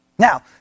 Now